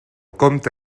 compte